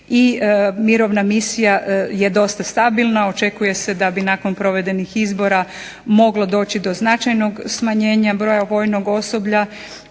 i mirovna misija je dosta stabilna, očekuje se da bi nakon provedenih izbora moglo doći do značajnog smanjenja broja vojnog osoblja